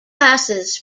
classes